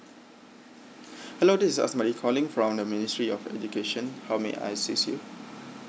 hello this is A S M A D I calling from the ministry of education how may I assist you